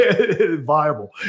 viable